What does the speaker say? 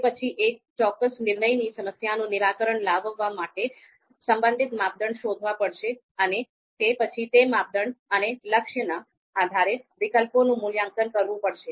તે પછી એક ચોક્કસ નિર્ણયની સમસ્યાનું નિરાકરણ લાવવા માટે સંબંધિત માપદંડ શોધવા પડશે અને તે પછી તે માપદંડ અને લક્ષ્યના આધારે વિકલ્પોનું મૂલ્યાંકન કરવું પડશે